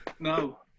No